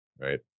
right